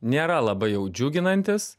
nėra labai jau džiuginantis